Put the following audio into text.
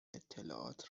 اطلاعات